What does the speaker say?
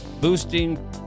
boosting